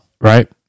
right